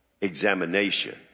examination